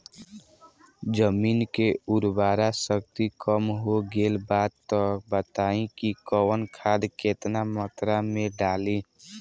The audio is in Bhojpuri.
जमीन के उर्वारा शक्ति कम हो गेल बा तऽ बताईं कि कवन खाद केतना मत्रा में डालि?